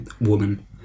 woman